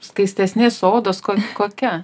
skaistesnės odos ko kokia